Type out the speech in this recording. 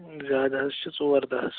زیادٕ حظ چھِ ژور تہہ حظ